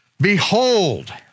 Behold